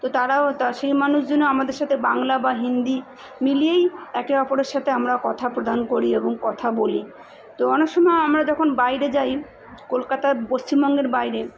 তো তারাও তা সেই মানুষজনও আমাদের সাথে বাংলা বা হিন্দি মিলিয়েই একে অপরের সাথে আমরা কথা প্রদান করি এবং কথা বলি তো অনেক সময় আমরা যখন বাইরে যাই কলকাতা পশ্চিমবঙ্গের বাইরে